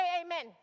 amen